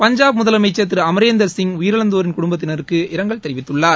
பஞ்சாப் முதலமைச்ச் திருஅமரேந்தர்சிங் உயிரிழந்தோரின் குடும்பத்தினருக்கு இரங்கல் தெரிவித்துள்ளார்